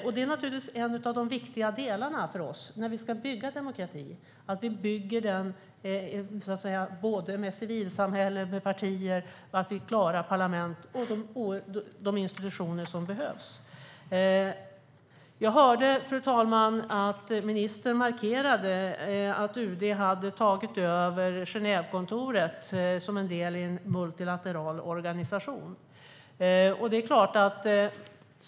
En av de viktiga delarna för oss när vi ska bygga demokrati är naturligtvis att vi bygger den med civilsamhället, med partier, med parlament och med de institutioner som behövs. Fru talman! Jag hörde att ministern markerade att UD har tagit över Genèvekontoret som en del i en multilateral organisation.